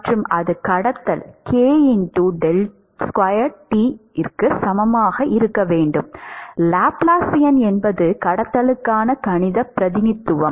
மற்றும் அது கடத்தல் க்கு சமமாக இருக்க வேண்டும் லாப்லாசியன் என்பது கடத்துதலுக்கான கணிதப் பிரதிநிதித்துவம்